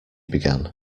began